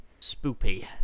spoopy